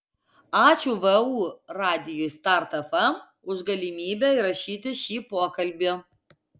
ačiū vu radijui start fm už galimybę įrašyti šį pokalbį